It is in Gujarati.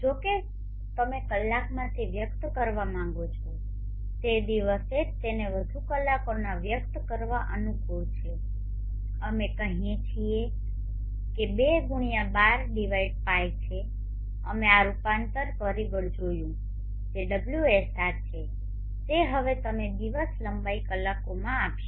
જો કે જો તમે કલાકમાં તે વ્યક્ત કરવા માંગો છો તે દિવસે જ તેને વધુ કલાકોના વ્યક્ત કરવા અનુકૂળ છે અમે કહીએ છીએ કે તે 2x12π છે અમે આ રૂપાંતર પરિબળ જોયું જે ωsr છેજે હવે તમે દિવસ લંબાઈ કલાકોમાં આપશે